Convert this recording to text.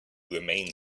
remain